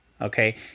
okay